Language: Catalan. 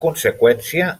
conseqüència